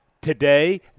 Today